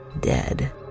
dead